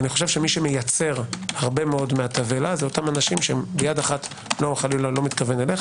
מי שמייצר הרבה מאוד מהתבהלה זה הרבה מאוד אנשים לא מתכוון חלילה אליך